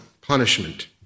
punishment